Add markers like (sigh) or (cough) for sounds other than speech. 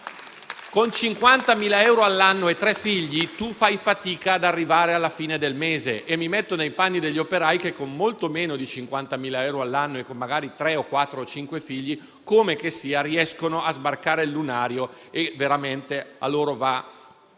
con 50.000 euro l'anno e tre figli, si fa fatica ad arrivare alla fine del mese. (applause) E mi metto nei panni degli operai che, con molto meno di 50.000 euro all'anno e magari tre, quattro o cinque figli, riescono comunque a sbarcare il lunario. Veramente a loro va